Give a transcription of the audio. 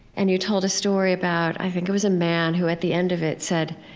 and you told a story about, i think, it was a man who at the end of it said,